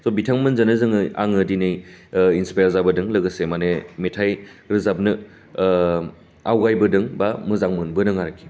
स' बिथांमोनजोनो जोङो आङो दिनै इन्सपायार जाबोदों लोगोसे माने मेथाइ रोजाबनो आवगायबोदों बा मोजां मोनबोदों आरोखि